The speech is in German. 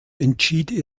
entschied